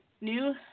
new